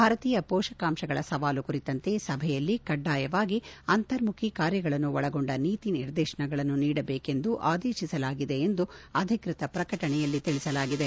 ಭಾರತೀಯ ಪೋಷಕಾಂಶಗಳ ಸವಾಲು ಕುರಿತಂತೆ ಸಭೆಯಲ್ಲಿ ಕಡ್ಡಾಯವಾಗಿ ಅಂತರ್ಮುಖಿ ಕಾರ್ಯಗಳನ್ನು ಒಳಗೊಂಡ ನೀತಿ ನಿರ್ದೇಶನಗಳನ್ನು ನೀಡಬೇಕೆಂದು ಆದೇಶಿಸಲಾಗಿದೆ ಎಂದು ಅಧಿಕೃತ ಪ್ರಕಟಣೆಯಲ್ಲಿ ತಿಳಿಸಲಾಗಿದೆ